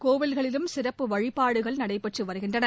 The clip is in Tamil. கோவில்களிலும் சிறப்பு வழிபாடுகள் நடைபெற்றுவருகின்றன